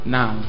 Now